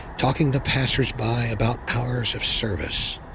talking to passersby about hours of service,